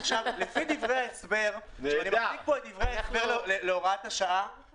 לפי דברי ההסבר להוראת השעה